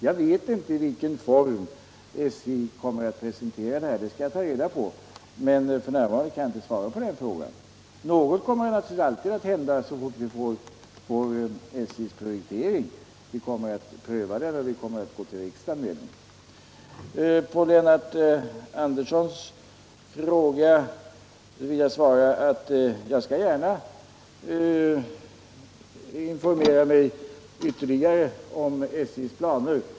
Jag vet inte i vilken form SJ kommer att presentera ärendet. Det skall jag ta reda på, men f. n. kan jag inte svara på den här frågan. Något kommer naturligtvis alltid att hända så fort vi får SJ:s prioritering. Vi kommer att pröva den och gå till riksdagen med den. På Lennart Anderssons fråga vill jag svara att jag gärna skall informera mig ytterligare om SJ:s planer.